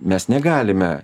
mes negalime